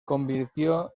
convirtió